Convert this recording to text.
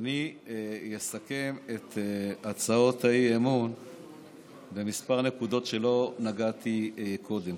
אני אסכם את הצעות האי-אמון בכמה נקודות שלא נגעתי בהן קודם.